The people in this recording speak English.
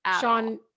Sean